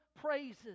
praises